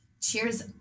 cheers